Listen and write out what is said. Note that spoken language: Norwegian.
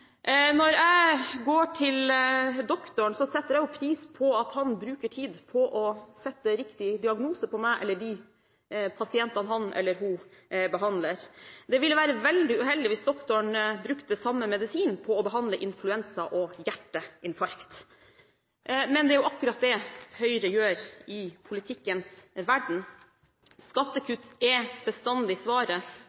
Når jeg går til doktoren, setter jeg pris på at han bruker tid på å stille riktig diagnose på meg eller de pasientene han eller hun behandler. Det ville være veldig uheldig hvis doktoren brukte samme medisin for å behandle influensa og hjerteinfarkt. Men det er jo akkurat det Høyre gjør i politikkens verden.